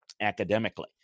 academically